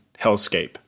hellscape